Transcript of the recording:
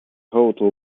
hotel